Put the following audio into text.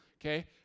okay